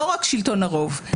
לא רק שלטון הרוב,